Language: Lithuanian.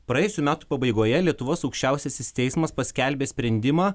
praėjusių metų pabaigoje lietuvos aukščiausiasis teismas paskelbė sprendimą